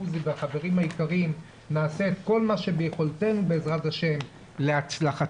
עוזי והחברים היקרים נעשה את כל מה שביכולתנו בע"ה להצלחתכם,